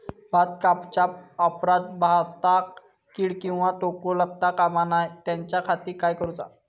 भात कापल्या ऑप्रात भाताक कीड किंवा तोको लगता काम नाय त्याच्या खाती काय करुचा?